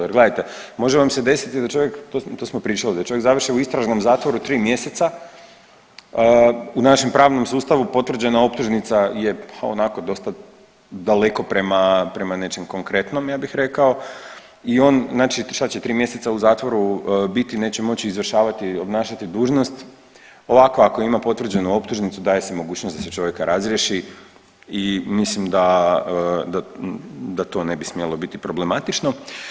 Jer gledajte, može vam se desiti da čovjek, to smo pričali, da čovjek završi u istražnom zatvoru 3 mjeseca, u našem pravnom sustavu potvrđena optužnica je pa onako dosta daleko prema, prema nečem konkretnom ja bih rekao i on znači šta će 3 mjeseca u zatvoru biti i neće moći izvršavati i obnašati dužnost, ovako ako ima potvrđenu optužnicu daje se mogućnost da se čovjeka razriješi i mislim da, da to ne bi smjelo biti problematično.